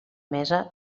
mesa